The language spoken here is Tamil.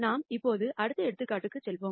நாம் இப்போது அடுத்த எடுத்துக்காட்டுக்கு செல்வோம்